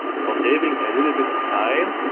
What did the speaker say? for saving a little bit of time.